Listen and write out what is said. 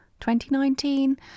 2019